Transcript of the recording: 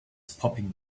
popping